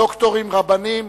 דוקטורים או רבנים,